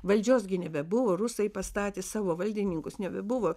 valdžios gi nebebuvo rusai pastatė savo valdininkus nebebuvo